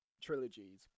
Trilogies